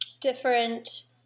different